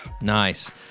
Nice